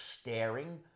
staring